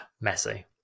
Messy